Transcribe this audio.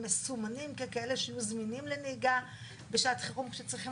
מסומנים ככאלה שיהיו זמינים לנהיגה בשעת חירום כשצריכים